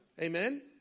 amen